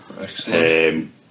Excellent